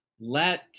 Let